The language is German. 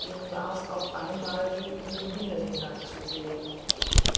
ihm war's auf einmal wie in den himmel hineinzusehen